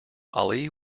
ali